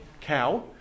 cow